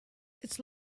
its